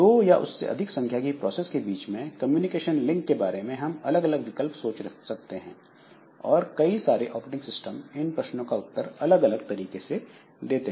2 या उससे अधिक संख्या की प्रोसेस के बीच में कम्युनिकेशन लिंक के बारे में हम यह अलग अलग विकल्प सोच सकते हैं और कई सारे ऑपरेटिंग सिस्टम इन प्रश्नों का उत्तर अलग अलग तरीके से देते हैं